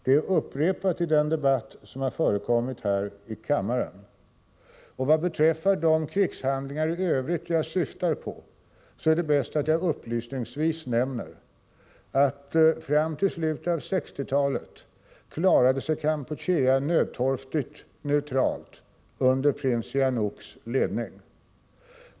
Det har upprepats i den debatt som i dag hållits här i kammaren. Vad beträffar de krigshandlingar i övrigt som jag syftar på är det bäst att jag upplysningsvis nämner att fram till slutet av 1960-talet klarade sig Kampuchea nödtorftigt neutralt under prins Sihanouks ledning.